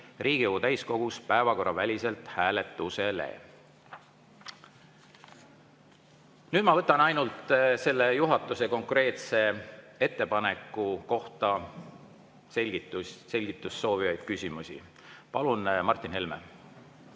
Riigikogu täiskogus päevakorraväliselt hääletusele. Nüüd ma võtan ainult selle juhatuse konkreetse ettepaneku kohta selgitust soovivaid küsimusi. Palun, Martin Helme!